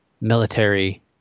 military